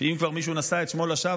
אם כבר מישהו נשא את שמו לשווא,